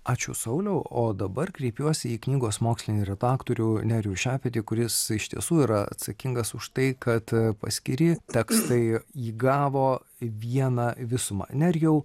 ačiū sauliau o dabar kreipiuosi į knygos mokslinį redaktorių nerijų šepetį kuris iš tiesų yra atsakingas už tai kad paskiri tekstai įgavo vieną visumą nerijau